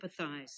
empathize